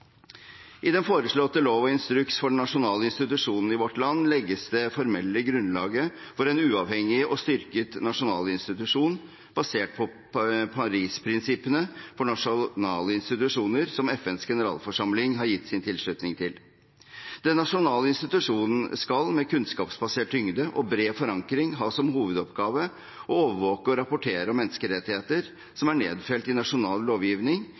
I den foreslåtte lov og instruks for den nasjonale institusjonen i vårt land legges det formelle grunnlaget for en uavhengig og styrket nasjonal institusjon, basert på Paris-prinsippene for nasjonale institusjoner, som FNs generalforsamling har gitt sin tilslutning til. Den nasjonale institusjonen skal med kunnskapsbasert tyngde og bred forankring ha som hovedoppgave å overvåke og rapportere om menneskerettigheter som er nedfelt i nasjonal lovgivning